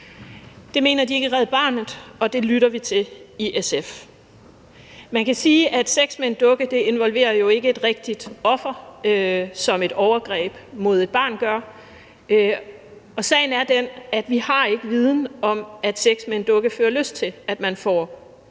Det mener de ikke i Red Barnet, og det lytter vi til i SF. Man kan sige, at sex med en dukke jo ikke involverer et rigtigt offer, som et overgreb mod et barn gør, og sagen er den, at vi ikke har viden om, at sex med en dukke fører til, at man får lyst